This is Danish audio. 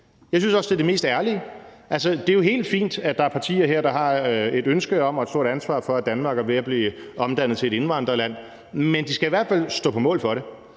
Jeg synes også, det er det mest ærlige. Det er jo helt fint, at der er partier her, der har et ønske om og et stort ansvar for, at Danmark er ved at blive omdannet til et indvandrerland, men de skal i hvert fald stå på mål for det